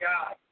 God